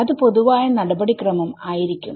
അത് പൊതുവായ നടപടിക്രമം ആയിരിക്കും